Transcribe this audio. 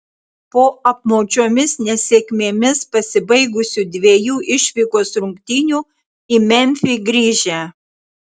po apmaudžiomis nesėkmėmis pasibaigusių dviejų išvykos rungtynių į memfį grįžę